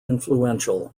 influential